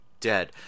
dead